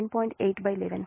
1 5060 10